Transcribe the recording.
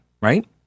right